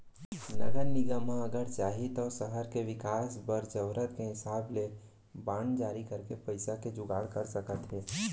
नगर निगम ह अगर चाही तौ सहर के बिकास बर जरूरत के हिसाब ले बांड जारी करके पइसा के जुगाड़ कर सकत हे